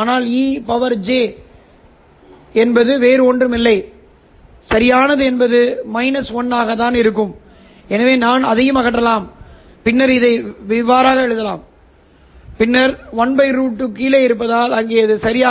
ஆனால் ej nothing என்பது வேறு ஒன்றும் இல்லை சரியானது 1 எனவே நான் அதையும் அகற்றலாம் பின்னர் இதை இவ்வாறு எழுதலாம் பின்னர் 1 √2 கீழே இருப்பதால் அங்கே சரி